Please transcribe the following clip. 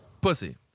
Pussy